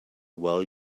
while